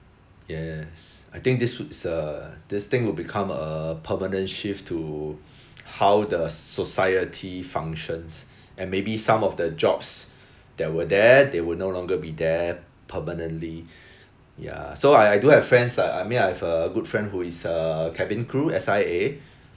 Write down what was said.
yes I think this wou~ is uh this thing would become a permanent shift to how the society functions and maybe some of the jobs that were there they would no longer be there permanently ya so I I do have friends like I mean I have a good friend who is a cabin crew S_I_A